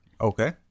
okay